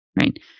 right